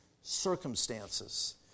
circumstances